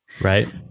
Right